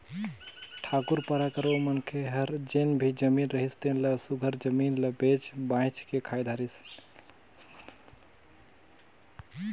ठाकुर पारा कर ओ मनखे हर जेन भी जमीन रिहिस तेन ल सुग्घर जमीन ल बेंच बाएंच के खाए धारिस